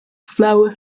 flour